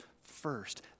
first